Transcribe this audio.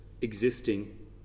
existing